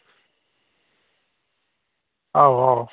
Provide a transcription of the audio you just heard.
आहो आहो